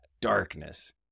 darkness